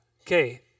Okay